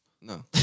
No